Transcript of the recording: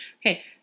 Okay